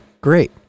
Great